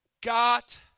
got